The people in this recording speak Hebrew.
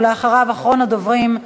אחריו, אחרון הדוברים,